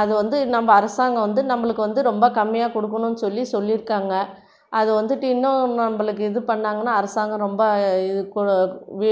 அது வந்து நம்ம அரசாங்கம் வந்து நம்மளுக்கு வந்து ரொம்ப கம்மியாக கொடுக்கணும்னு சொல்லி சொல்லியிருக்காங்க அது வந்துட்டு இன்னும் நம்மளுக்கு இது பண்ணாங்கன்னால் அரசாங்கம் ரொம்ப கு வீ